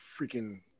freaking